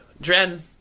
Dren